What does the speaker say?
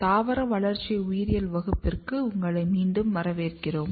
தாவர வளர்ச்சி உயிரியல் வகுப்பிற்கு மீண்டும் வரவேற்கிறோம்